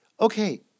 okay